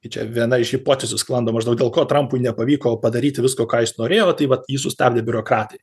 tai čia viena iš hipotezių sklando maždaug dėl ko trampui nepavyko padaryti visko ką jis norėjo tai vat jį sustabdė biurokratai